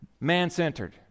Man-centered